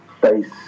face